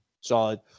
solid